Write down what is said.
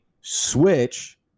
switch